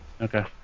Okay